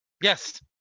Yes